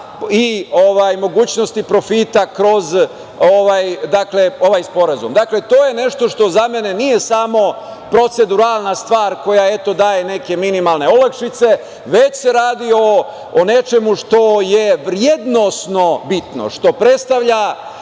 i mogućnosti profita kroz ovaj sporazum. Dakle, to je nešto što za mene nije samo proceduralna stvar koja daje neke minimalne olakšice, već se radi o nečemu što je vrednosno bitno, što predstavlja